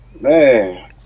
Man